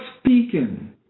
speaking